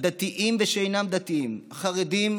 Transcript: הדתיים ושאינם דתיים, החרדים,